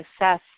assess